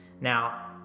Now